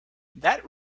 that